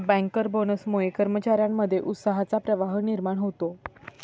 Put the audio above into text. banker बोनसमुळे कर्मचार्यांमध्ये उत्साहाचा प्रवाह निर्माण होतो